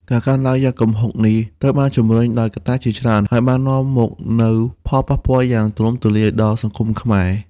ការកើនឡើងយ៉ាងគំហុកនេះ ត្រូវបានជំរុញដោយកត្តាជាច្រើន ហើយបាននាំមកនូវផលប៉ះពាល់យ៉ាងទូលំទូលាយដល់សង្គមខ្មែរ។